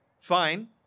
Fine